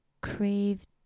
craved